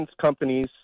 companies